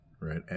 Right